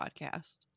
podcast